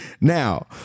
Now